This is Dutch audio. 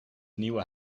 nieuwe